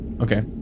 okay